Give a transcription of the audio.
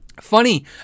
funny